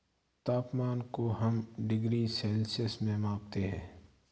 तापमान को हम डिग्री सेल्सियस में मापते है